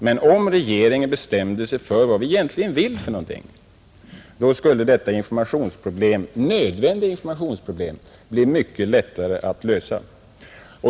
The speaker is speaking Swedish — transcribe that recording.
Men om regeringen bestämde sig för vad vi egentligen vill skulle detta nödvändiga informationsproblem bli mycket lättare att lösa.